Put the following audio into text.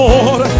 Lord